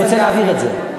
אני רוצה להעביר את זה.